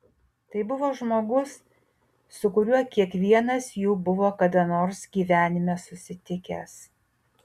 tai buvo žmogus su kuriuo kiekvienas jų buvo kada nors gyvenime susitikęs